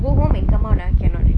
go home and come out ah cannot eh